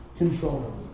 control